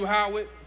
Howard